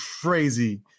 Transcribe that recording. crazy